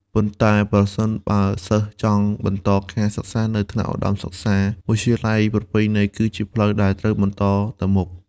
ប៉ុន្តែប្រសិនបើសិស្សចង់បន្តការសិក្សាទៅថ្នាក់ឧត្តមសិក្សា វិទ្យាល័យប្រពៃណីគឺជាផ្លូវដែលត្រូវបន្តទៅមុខ។